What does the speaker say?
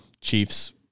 Chiefs